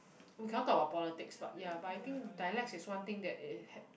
we cannot talk about politics but ya but I think dialects is one thing that i~ is